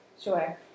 Sure